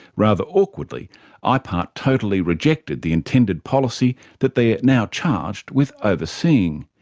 rather awkwardly ah ipart totally rejected the intended policy that they are now charged with overseeing.